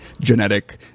genetic